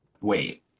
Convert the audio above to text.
wait